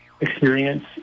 experience